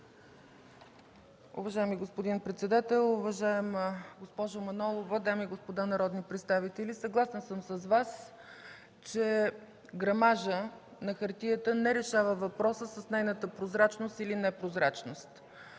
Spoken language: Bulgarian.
Уважаеми господин председател, уважаема госпожо Манолова, дами и господа народни представители! Съгласна съм с Вас, че грамажът на хартията не решава въпроса с нейната прозрачност или непрозрачност.